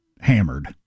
Hammered